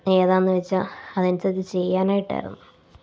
ഏതാന്ന് വെച്ചാൽ അതിന് അനുസരിച്ച് ചെയ്യാനായിട്ടായിരുന്നു